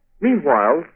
Meanwhile